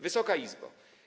Wysoka Izbo!